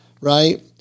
right